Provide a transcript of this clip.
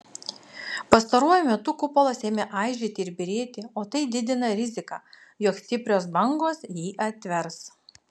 pastaruoju metu kupolas ėmė aižėti ir byrėti o tai didina riziką jog stiprios bangos jį atvers